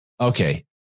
okay